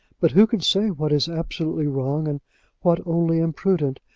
but who can say what is absolutely wrong, and what only imprudent?